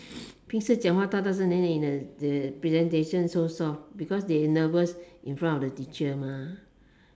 平时讲话大大声 then they in the the presentation so soft because they nervous in front of the teacher mah